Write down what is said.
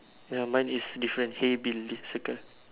ya mine is different hey bill circle